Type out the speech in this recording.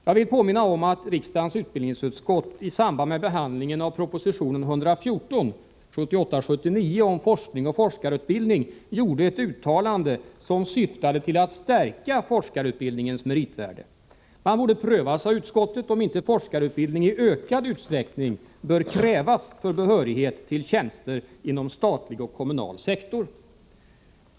Jag vill påminna om att riksdagens utbildningsutskott i samband med behandlingen av proposition 1978/79:114 om forskning och forskarutbildning gjorde ett uttalande, som syftade till att stärka forskarutbildningens meritvärde. Man borde pröva, sade utskottet, om inte forskarutbildning i ökad utsträckning ”bör krävas för behörighet” till tjänster inom statlig och kommunal sektor.